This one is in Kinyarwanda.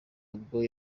ubwo